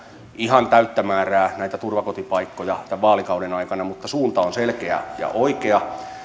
ihan täyttä määrää turvakotipaikkoja tämän vaalikauden aikana mutta suunta on selkeä ja oikea